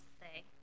say